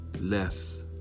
less